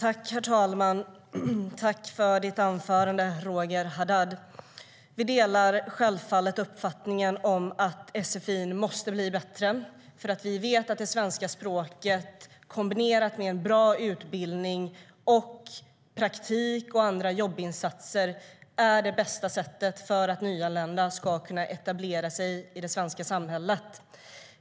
Herr talman! Tack för ditt anförande, Roger Haddad! Vi delar självfallet uppfattningen att sfi måste bli bättre. Vi vet att det svenska språket, kombinerat med en bra utbildning, praktik och andra jobbinsatser, är det viktigaste för att nyanlända ska kunna etablera sig i det svenska samhället.